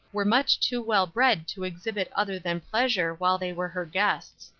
were much too well bred to exhibit other than pleasure while they were her guests.